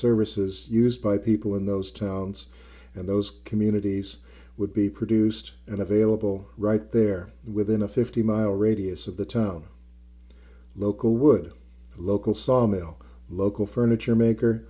services used by people in those towns and those communities would be produced and available right there within a fifty mile radius of the town local would local sawmill local furniture maker